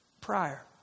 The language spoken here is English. prior